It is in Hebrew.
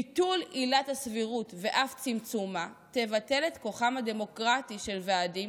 ביטול עילת הסבירות ואף צמצומה יבטל את כוחם הדמוקרטי של ועדים,